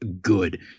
good